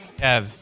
Kev